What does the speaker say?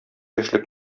яшьлек